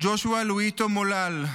ג'ושוע לואיטו מולל,